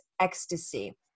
ecstasy